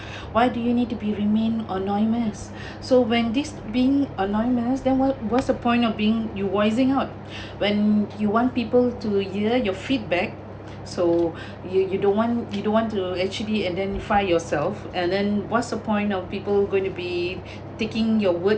why do you need to be remain anonymous so when this being anonymous then what was the point of being you voicing out when you want people to gather your feedback so you you don't want you don't want to actually identify yourself and then what's the point of people going to be taking your word